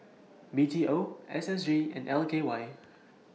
B T O S S G and L K Y